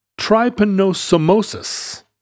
trypanosomosis